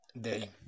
Day